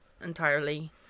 entirely